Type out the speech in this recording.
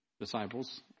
disciples